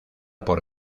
por